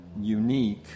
unique